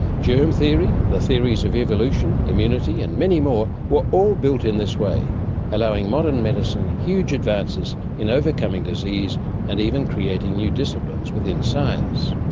germ theory, the theories of evolution, immunity and many more were all built in this way allowing modern medicine huge advances in overcoming disease and even creating new disciplines within science.